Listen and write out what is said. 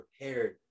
prepared